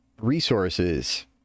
resources